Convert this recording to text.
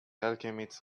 alchemist